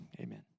amen